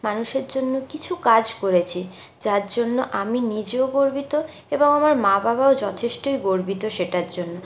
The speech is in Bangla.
মানুষের জন্য কিছু কাজ করেছি যার জন্য আমি নিজেও গর্বিত এবং আমার মা বাবাও যথেষ্টই গর্বিত সেটার জন্য